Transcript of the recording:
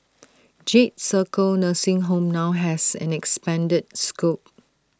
jade circle nursing home now has an expanded scope